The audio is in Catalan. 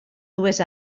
dues